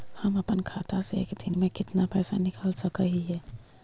हम अपन खाता से एक दिन में कितना पैसा निकाल सक हिय?